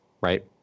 right